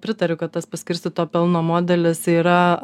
pritariu kad tas paskirstyto pelno modelis yra